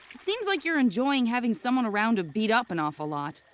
it seems like you're enjoying having someone around to beat up an awful lot.